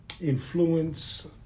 influence